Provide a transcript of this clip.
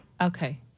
Okay